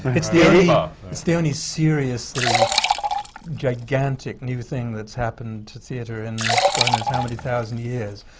it's the and and it's the only seriously gigantic new thing that's happened to theatre in god knows how many thousand years,